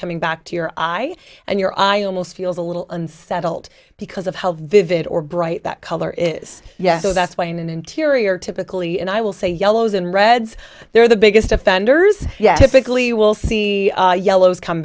coming back to your eye and your eye almost feels a little unsettled because of how vivid or bright that color is yes so that's why in an interior typically and i will say yellows and reds there are the biggest offenders yeah typically will see yellows come